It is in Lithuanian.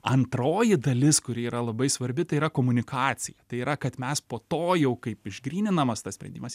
antroji dalis kuri yra labai svarbi tai yra komunikacija tai yra kad mes po to jau kaip išgryninamas tas sprendimas